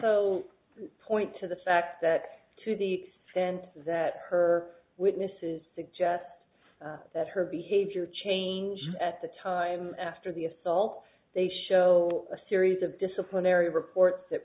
so point to the fact that to the event that her witnesses suggest that her behavior changed at the time after the assault they show a series of disciplinary reports that